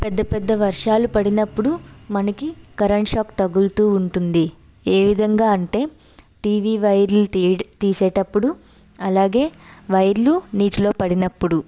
పెద్ద పెద్ద వర్షాలు పడినప్పుడు మనకి కరెంట్ షాక్ తగులుతు ఉంటుంది ఏ విధంగా అంటే టీవీ వైర్లు తీ తీసేటప్పుడు అలాగే వైర్లు నీటిలో పడినప్పుడు